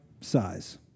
size